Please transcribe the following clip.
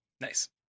nice